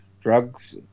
Drugs